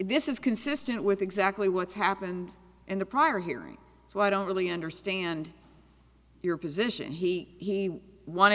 this is consistent with exactly what's happened in the prior hearing so i don't really understand your position he wanted to